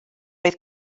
oedd